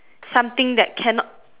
something that cannot